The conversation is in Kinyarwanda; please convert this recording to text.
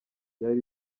ryari